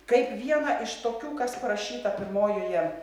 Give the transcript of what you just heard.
kaip vieną iš tokių kas parašyta pirmojoje